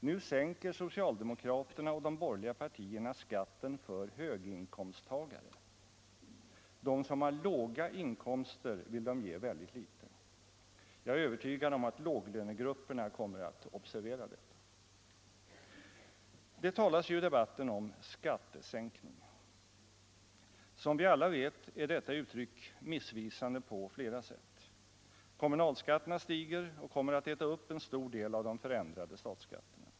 Nu sänker socialdemokraterna och de borgerliga partierna skatten för höginkomsttagare. De som har låga inkomster vill man ge väldigt litet. Jag är övertygad om att låglönegrupperna kommer att observera detta. Det talas i debatten om skattesänkningar. Som vi alla vet är detta uttryck missvisande på flera sätt. Kommunalskatterna stiger och kommer att äta upp en stor del av de förändrade statsskatterna.